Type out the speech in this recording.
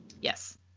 Yes